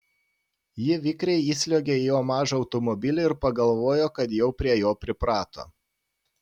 ji vikriai įsliuogė į jo mažą automobilį ir pagalvojo kad jau prie jo priprato